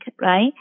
right